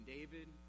David